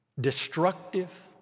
destructive